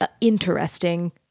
interesting